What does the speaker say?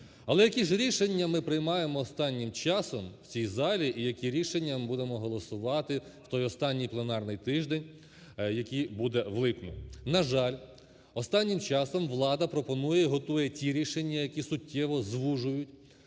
Але які ж рішення ми приймаємо останнім часом у цій залі і які рішення ми будемо голосувати в той останній пленарний тиждень, який буде в липні. На жаль, останнім часом влада пропонує і готує ті рішення, які суттєво звужують,